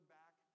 back